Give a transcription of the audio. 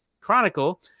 Chronicle